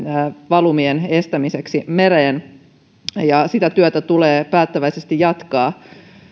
valumien estämiseksi mereen sitä työtä tulee päättäväisesti jatkaa on